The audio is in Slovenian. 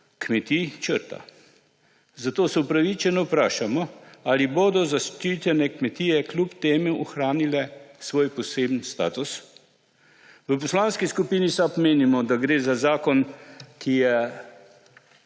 kmetij, črta. Zato se upravičeno vprašamo, ali bodo zaščitene kmetije kljub temu ohranile svoj poseben status. V Poslanski skupini SAB menimo, da gre za zakon, ki je